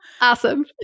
Awesome